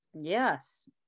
Yes